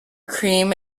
cream